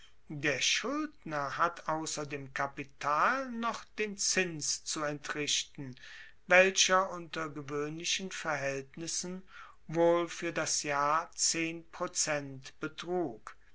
der schuldner hat ausser dem kapital noch den zins zu entrichten welcher unter gewoehnlichen verhaeltnissen wohl fuer das jahr zehn prozent betrug